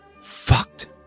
Fucked